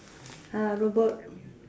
ah robot